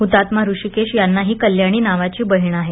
हुतात्मा ऋषीकेश यांनाही कल्याणी नावाची बहीण आहे